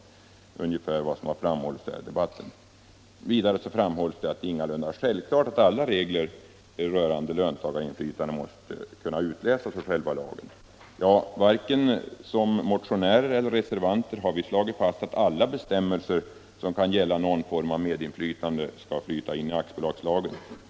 Det är ungefär vad som framhållits här i debatten. Vidare betonar utskottet att ”det ingalunda är självklart att alla regler rörande löntagarinflytande måste kunna utläsas av själva aktiebolagslagen”. Varken som motionärer eller reservanter har vi fastslagit att alla bestämmelser som kan gälla någon form av medinflytande skall flyta in i aktiebolagslagen.